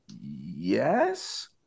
Yes